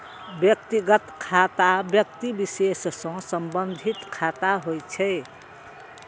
व्यक्तिगत खाता व्यक्ति विशेष सं संबंधित खाता होइ छै